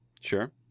Sure